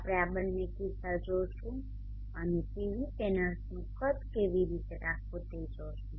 આપણે આ બંને કિસ્સા જોશું અને PV પેનલ્સનુ કદ કેવી રીતે રાખવુ તે જોશું